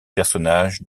personnages